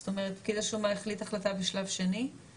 זאת אומרת פקיד השומה החליט החלטה בשלב שני,